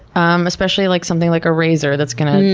especially like something like a razor that's gonna,